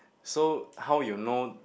so how you know